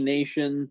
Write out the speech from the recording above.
Nation